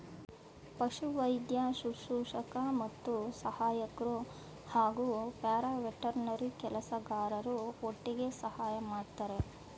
ಪಶುವೈದ್ಯ ಶುಶ್ರೂಷಕ ಮತ್ತು ಸಹಾಯಕ್ರು ಹಾಗೂ ಪ್ಯಾರಾವೆಟರ್ನರಿ ಕೆಲಸಗಾರರು ಒಟ್ಟಿಗೆ ಸಹಾಯ ಮಾಡ್ತರೆ